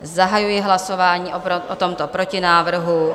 Zahajuji hlasování o tomto protinávrhu.